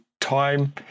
time